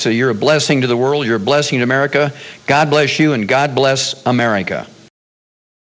so you're a blessing to the world you're a blessing america god bless you and god bless america